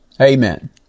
Amen